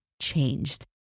changed